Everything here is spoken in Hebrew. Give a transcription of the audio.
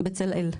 בצלאל.